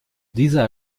dieser